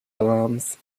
alarms